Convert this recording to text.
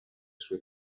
sue